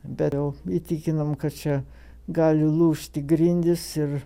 bet įtikinom kad čia gali lūžti grindys ir